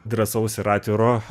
drąsaus ir atviro